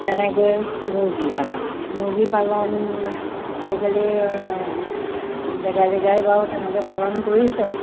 তেনেকৈ মুৰ্গী পালন মুৰ্গী পালন আজিকালি জেগাই জেগাই বাৰু তেনেকৈ পালন কৰিছে